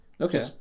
Okay